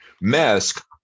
Mask